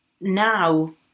now